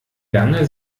lange